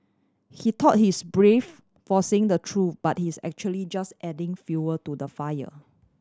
he thought he is brave for saying the truth but he is actually just adding fuel to the fire